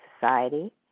society